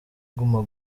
guma